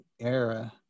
era